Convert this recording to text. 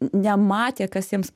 nematė kas jiems